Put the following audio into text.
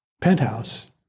penthouse